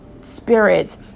spirits